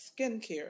skincare